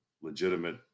legitimate